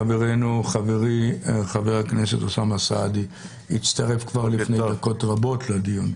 חברנו חברי חבר הכנסת אוסאמה סעדי הצטרף כבר לפני דקות רבות לדיון.